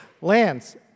Lance